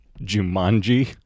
Jumanji